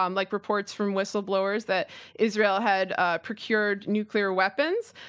um like reports from whistleblowers that israel had ah procured nuclear weapons,